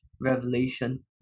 revelation